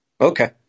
okay